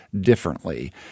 differently